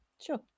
sure